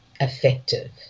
effective